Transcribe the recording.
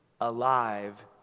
alive